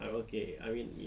ah okay I mean